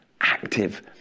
active